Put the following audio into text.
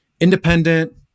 independent